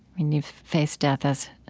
and you've faced death as,